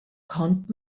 kommt